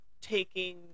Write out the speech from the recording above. taking